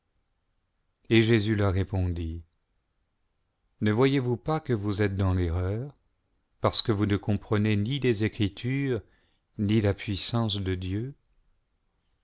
et jésus leur répondit ne voyez-vous pas que vous êtes dans l'erreur parce que vous ne comprenez ni les écritures ni la puissance de dieu